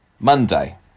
Monday